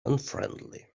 unfriendly